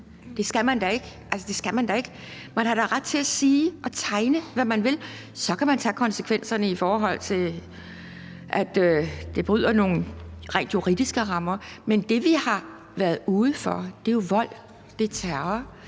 det bånd på sig selv. Nej, det skal man da ikke. Man har da ret til at sige og tegne, hvad man vil. Så kan man tage konsekvenserne, i forhold til at det bryder nogle rent juridiske rammer, men det, vi har været ude for, er jo vold, det er terror,